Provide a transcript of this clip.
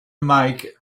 make